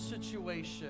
situation